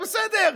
בסדר.